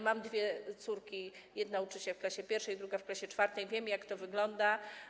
Mam dwie córki - jedna uczy się w klasie I, druga w klasie IV - i wiem, jak to wygląda.